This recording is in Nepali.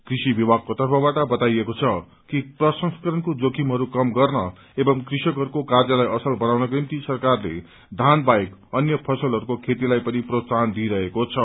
कूषि विभागको तर्फबाट बताइएको छ कि प्रसंस्करणको जोखिमहरू कम गर्न एव कृषकहरूको कार्यलाई असल बनाउनको निम्ति सरकारले धानबाहेक अन्य फसलहरूको खेतीलाई पनि प्रोत्साहन दिइरहेको छ